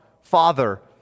Father